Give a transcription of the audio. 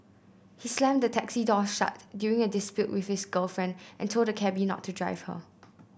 he slammed the taxi door shut during a dispute with his girlfriend and told the cabby not to drive her